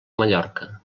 mallorca